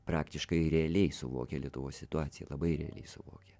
praktiškai realiai suvokia lietuvos situaciją labai realiai suvokia